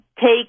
take